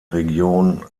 region